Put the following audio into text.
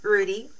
Rudy